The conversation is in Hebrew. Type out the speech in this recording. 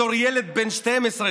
בתור ילד בן 12,